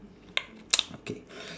okay